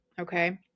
okay